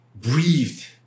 breathed